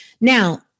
Now